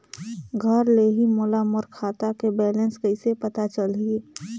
घर ले ही मोला मोर खाता के बैलेंस कइसे पता चलही?